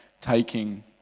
taking